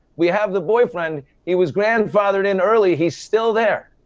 we have the boyfriend. he was grandfathered in early, he's still there.